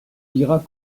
diras